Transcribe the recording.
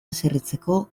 haserretzeko